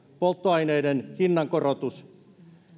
polttoaineiden hinnankorotus